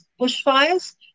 bushfires